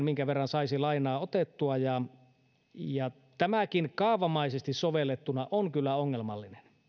minkä verran saisi lainaa otettua olisi kotitalouden vuoden bruttotuloista neljä ja puoli kertainen tämäkin kaavamaisesti sovellettuna on kyllä ongelmallinen